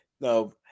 no